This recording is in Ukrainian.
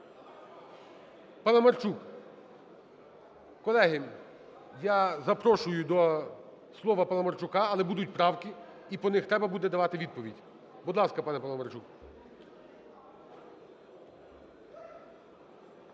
Паламарчук. Колеги, я запрошую до слова Паламарчука, але будуть правки і по них треба буде давати відповідь. Будь ласка, пане Паламарчук.